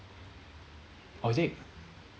oh is it